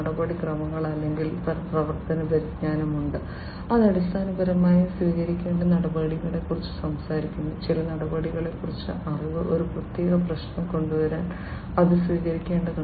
നടപടിക്രമങ്ങൾ അല്ലെങ്കിൽ പ്രവർത്തന പരിജ്ഞാനം ഉണ്ട് അത് അടിസ്ഥാനപരമായി സ്വീകരിക്കേണ്ട നടപടിക്രമങ്ങളെക്കുറിച്ച് സംസാരിക്കുന്നു ചില നടപടിക്രമങ്ങളെക്കുറിച്ചുള്ള അറിവ് ഒരു പ്രത്യേക പ്രശ്നം കൊണ്ടുവരാൻ അത് സ്വീകരിക്കേണ്ടതുണ്ട്